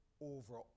over